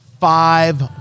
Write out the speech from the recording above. five